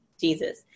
Jesus